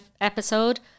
episode